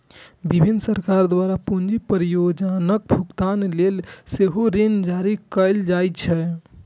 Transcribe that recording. विभिन्न सरकार द्वारा पूंजी परियोजनाक भुगतान लेल सेहो ऋण जारी कैल जाइ छै